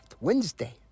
Wednesday